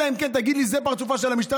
אלא אם כן תגיד לי: זה פרצופה של המשטרה,